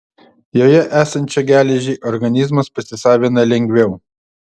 joje esančią geležį organizmas pasisavina lengviau